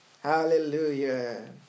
Hallelujah